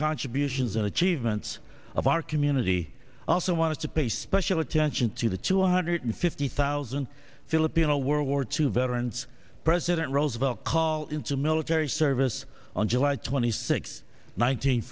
contributions and achievements of our community i also want to pay special attention to the two hundred fifty thousand filipino world war two veterans president roosevelt call into military service on july twenty six nine